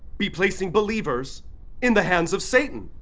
be placing believers in the hands of satan?